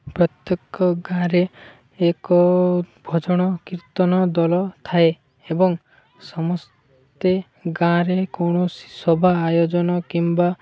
ପ୍ରତ୍ୟେକ ଗାଁରେ ଏକ ଭଜଣ କୀର୍ତ୍ତନ ଦଲ ଥାଏ ଏବଂ ସମସ୍ତେ ଗାଁରେ କୌଣସି ସଭା ଆୟୋଜନ କିମ୍ବା